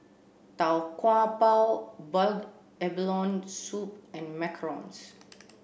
Tau Kwa Pau boiled abalone soup and Macarons